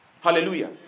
Hallelujah